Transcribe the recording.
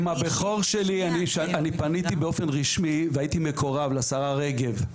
גם הבכור שלי אני פניתי באופן רשמי והייתי מקורב לשרה רגב,